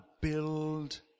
build